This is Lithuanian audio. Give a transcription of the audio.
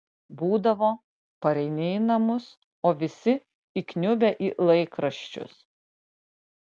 būdavo pareini į namus o visi įkniubę į laikraščius